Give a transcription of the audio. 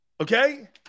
Okay